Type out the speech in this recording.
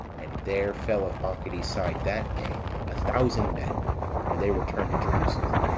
and there fell of bacchides' side that day a thousand men and they returned to jerusalem,